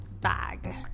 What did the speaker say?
bag